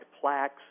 plaques